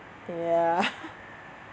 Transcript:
ya